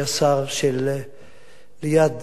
שליד בית ראש הממשלה.